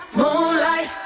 Moonlight